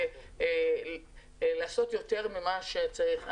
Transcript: לעשות יותר ממה שצריך.